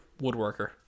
woodworker